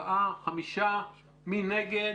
מי נגד?